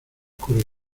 cura